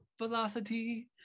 velocity